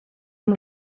amb